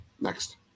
Next